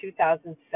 2007